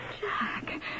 Jack